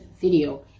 video